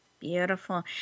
Beautiful